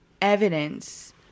evidence